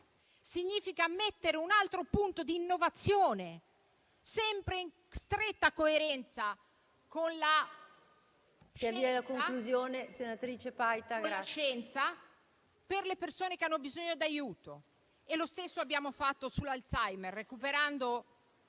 Significa mettere un altro punto di innovazione, sempre in stretta coerenza con la scienza, per le persone che hanno bisogno d'aiuto. Lo stesso abbiamo fatto sull'Alzheimer, recuperando